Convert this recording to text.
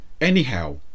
Anyhow